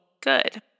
good